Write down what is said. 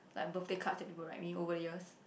like birthday cards that people write me over the years